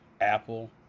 Apple